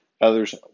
others